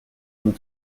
mon